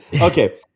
Okay